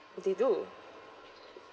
they do